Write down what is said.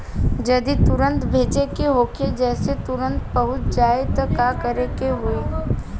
जदि तुरन्त भेजे के होखे जैसे तुरंत पहुँच जाए त का करे के होई?